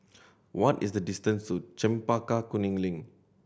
what is the distance to Chempaka Kuning Link